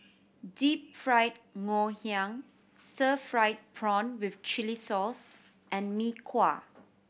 Deep Fried Ngoh Hiang stir fried prawn with chili sauce and Mee Kuah